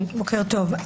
בוקר טוב.